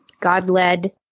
God-led